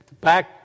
back